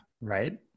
right